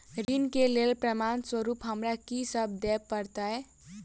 ऋण केँ लेल प्रमाण स्वरूप हमरा की सब देब पड़तय?